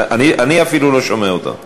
אני אפילו לא שומע אותו.